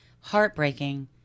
heartbreaking